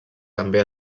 també